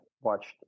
watched